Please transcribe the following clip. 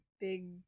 big